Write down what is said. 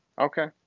Okay